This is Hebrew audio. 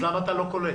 אז למה אתה לא קולט?